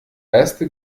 erste